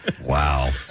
Wow